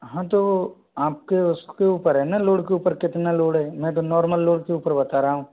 हाँ तो आपके उसके ऊपर है न लोड के ऊपर कितना लोड है मैं तो नॉर्मल लोड के ऊपर बता रहा हूँ